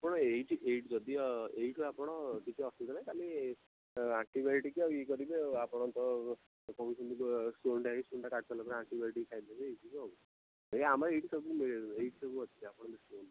ଆପଣ ଏଇଠି ଏଇଠି ଯଦିଓ ଏଇଠୁ ଆପଣ କିଛି ଅସୁବିଧା ନାହିଁ ଖାଲି ଆଣ୍ଟିବାୟୋଟିକ୍ ଆଉ ଇଏ କରିବେ ଆଉ ଆପଣ ତ କହୁଛନ୍ତି ପରେ ଆଣ୍ଟିବାୟୋଟିକ୍ ଖାଇଦେବେ ହୋଇଯିବ ଆଉ ଏଇ ଆମର ଏଇଠି ସବୁ ମିଳେ ଆମର ଏଇଠି ସବୁ ଅଛି ଆପଣ ବ୍ୟସ୍ତ ହୁଅନ୍ତୁନି